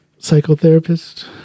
Psychotherapist